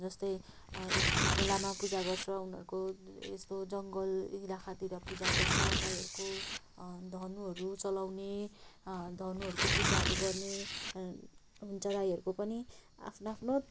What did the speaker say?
जस्तै ए खोलामा पूजा गर्छ उनीहरूको यस्तो जङ्गल इलाकातिर पूजा गर्छ राईहरूको धनुहरू चलाउने धनुहरूको पूजाहरू गर्ने हुन्छ राईहरूको पनि आफ्नो आफ्नो